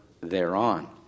thereon